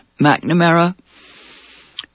McNamara